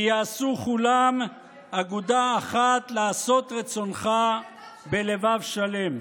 'ויעשו כולם אגודה אחת לעשות רצונך בלבב שלם'".